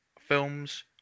films